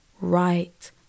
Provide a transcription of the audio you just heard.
right